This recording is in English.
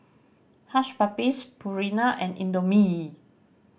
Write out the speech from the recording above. Hush Puppies Purina and Indomie